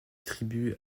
tribus